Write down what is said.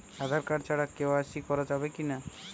Aadhaar card ছাড়া KYC করা যাবে কি না?